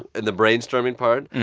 in the brainstorming part.